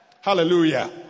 hallelujah